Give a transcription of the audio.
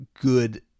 good